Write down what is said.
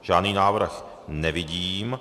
Žádný návrh nevidím.